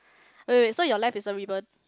wait wait so your left is a ribbon